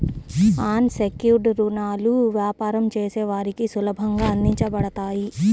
అన్ secured రుణాలు వ్యాపారం చేసే వారికి సులభంగా అందించబడతాయి